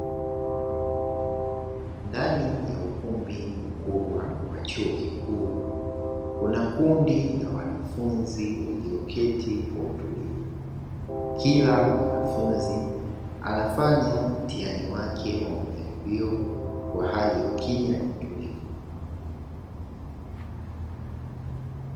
Ndani ya ukumbi mkubwa wa chuo kikuu kuna kundi kubwa la wanafunzi walioketi kwa utulivu, kila mwanafunzi anafanya mtihani wake wa majaribio kwa hali ya ukimya na utulivu.